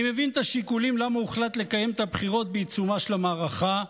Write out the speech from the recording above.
אני מבין את השיקולים למה הוחלט לקיים את הבחירות בעיצומה של המערכה,